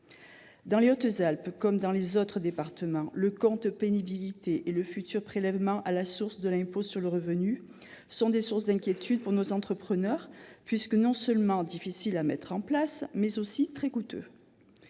Dans les Hautes-Alpes comme dans les autres départements, le compte pénibilité et le futur prélèvement à la source de l'impôt sur le revenu sont des sources d'inquiétudes pour nos entrepreneurs, car ces mesures sont non seulement difficiles à mettre en place, mais aussi très coûteuses.